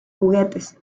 juguetes